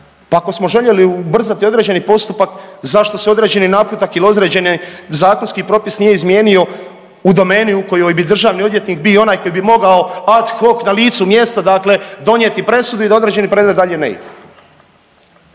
pa ako smo željeli ubrzati određeni postupak zašto se određeni naputak ili određeni zakonski propis nije izmijenio u domeni u kojoj bi državni odvjetnik bio onaj koji bi mogao ad hoc na licu mjesta donijeti presudu i da određeni predmet dalje ne ide.